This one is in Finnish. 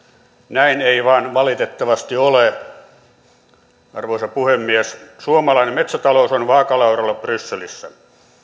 näin ei vain valitettavasti ole arvoisa puhemies suomalainen metsätalous on vaakalaudalla brysselissä